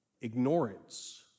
ignorance